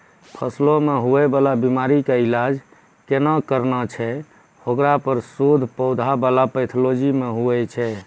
फसलो मे हुवै वाला बीमारी के इलाज कोना करना छै हेकरो पर शोध पौधा बला पैथोलॉजी मे हुवे छै